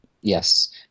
Yes